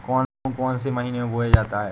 गेहूँ कौन से महीने में बोया जाता है?